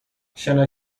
شنا